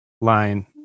line